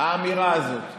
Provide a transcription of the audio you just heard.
של